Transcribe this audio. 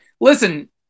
listen